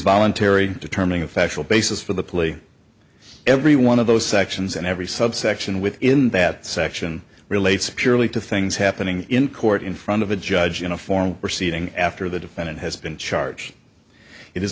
voluntary determining a factual basis for the plea every one of those sections and every subsection within that section relates purely to things happening in court in front of a judge in a form proceeding after the defendant has been charged it is